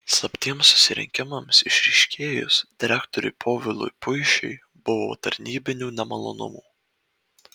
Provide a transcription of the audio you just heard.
slaptiems susirinkimams išryškėjus direktoriui povilui puišiui buvo tarnybinių nemalonumų